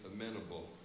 amenable